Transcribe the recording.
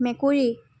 মেকুৰী